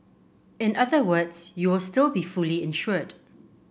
in other words you will still be fully insured